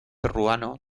ruano